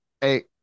hey